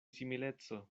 simileco